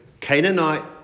Canaanite